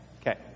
Okay